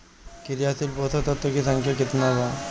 क्रियाशील पोषक तत्व के संख्या कितना बा?